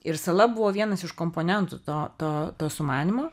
ir sala buvo vienas iš komponentų to to to sumanymo